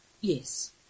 Yes